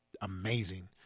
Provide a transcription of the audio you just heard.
amazing